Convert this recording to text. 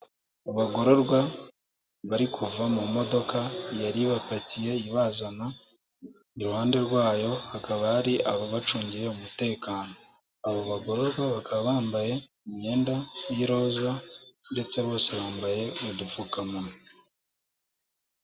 Abagororwa bari kuva mu modoka yari ibapakiye ibazana, iruhande rwayo hakaba hari ababacungiye umutekano, abo bagororwa bakaba bambaye imyenda y'iroza ndetse bose bambaye udupfukamunwa.